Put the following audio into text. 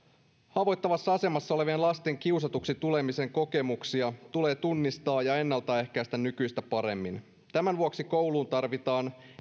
haavoittuvassa asemassa olevien lasten kiusatuksi tulemisen kokemuksia tulee tunnistaa ja ennalta ehkäistä nykyistä paremmin tämän vuoksi kouluun tarvitaan